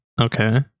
okay